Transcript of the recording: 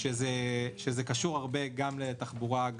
-- שזה קשור הרבה לתחבורה,